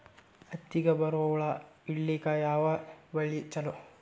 ಹತ್ತಿಗ ಬರುವ ಹುಳ ಹಿಡೀಲಿಕ ಯಾವ ಬಲಿ ಚಲೋ?